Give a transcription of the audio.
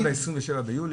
הוא יצא ב-27 ביולי.